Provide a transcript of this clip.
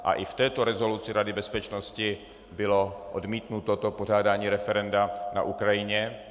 A i v této rezoluci Rady bezpečnosti bylo odmítnuto pořádání referenda na Ukrajině.